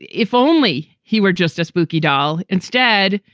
if only he were just a spooky doll. instead,